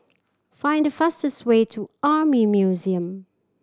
find the fastest way to Army Museum